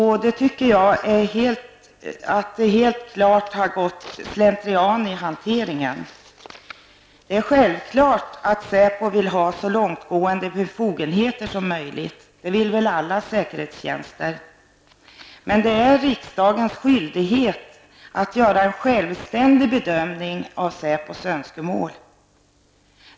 Helt klart har det gått slentrian i hanteringen. SÄPO vill självklart ha så långtgående befogenheter som möjligt, och det vill väl alla säkerhetstjänster. Men det är riksdagens skyldighet att göra en självständig bedömning av SÄPOs önskemål.